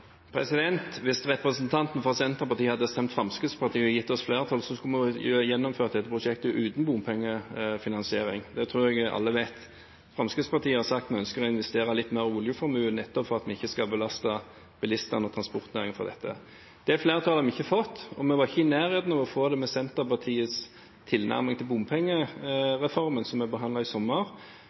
Hvis representanten fra Senterpartiet hadde stemt Fremskrittspartiet og gitt oss flertall, skulle vi gjennomført dette prosjektet uten bompengefinansiering. Det tror jeg alle vet. Fremskrittspartiet har sagt at vi ønsker å investere litt mer av oljeformuen nettopp for at vi ikke vil belaste bilistene og transportnæringen med dette. Det flertallet har vi ikke fått, og vi var ikke i nærheten av å få det med Senterpartiets tilnærming til bompengereformen, som vi behandlet i sommer,